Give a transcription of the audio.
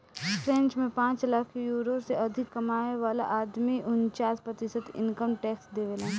French में पांच lakh euro से अधिक कमाए वाला आदमी उनन्चास प्रतिशत इनकम टैक्स देबेलन